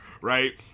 Right